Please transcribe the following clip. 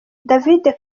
david